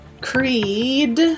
Creed